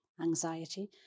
anxiety